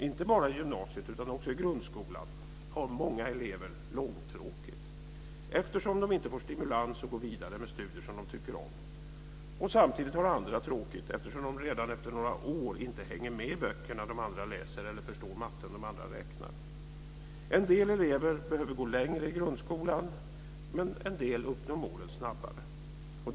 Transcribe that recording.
Inte bara i gymnasiet utan också i grundskolan har många elever långtråkigt, eftersom de inte får stimulans att gå vidare med studier som de tycker om. Samtidigt har andra tråkigt eftersom de redan efter några år inte hänger med i böckerna, som de andra läser, eller förstår matten, som de andra räknar. En del elever behöver gå längre i grundskolan. En del uppnår målen snabbare.